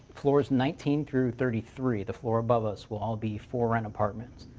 floors nineteen through thirty three, the floor above us, will all be for rent apartments.